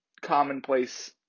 commonplace